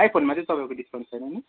आइफोनमा चाहिँ तपाईँको डिस्कउन्ट छैन नि